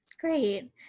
Great